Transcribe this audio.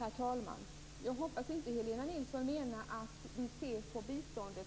anslagsstruktur.